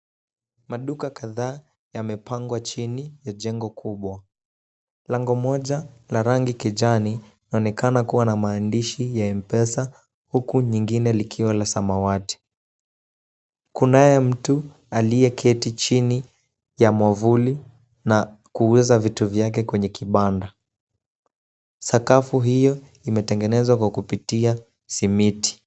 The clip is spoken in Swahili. Maduka kadhaa yamepangwa chini ya jengo kubwa. Lango moja la rangi kijani linaonekana kuwa na maandishi ya [M-pesa] huku nyingine likiwa la samawati. Kunaye mtu aliyeketi chini ya mwavuli na kuuza vitu vyake kwenye kibanda. Sakafu hiyo imetengenezwa kwa kupitia simiti.